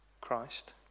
Christ